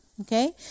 okay